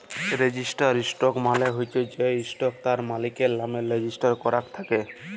registered stock মালে চ্ছ যে স্টক তার মালিকের লামে রেজিস্টার করাক থাক্যে